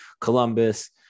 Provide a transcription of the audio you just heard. Columbus